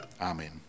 amen